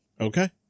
Okay